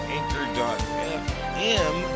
Anchor.fm